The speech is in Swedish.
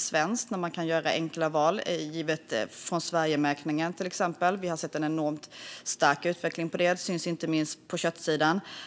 svenskt när man kan göra enkla val, till exempel med hjälp av Från Sverige-märkningen. Vi har sett en enormt stark utveckling där, inte minst på köttsidan.